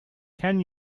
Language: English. can